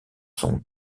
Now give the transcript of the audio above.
sont